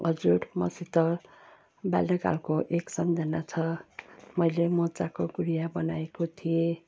हजुर मसित बाल्यकालको एक सम्झना छ मैले मोजाको गुडिया बनाएको थिएँ